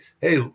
hey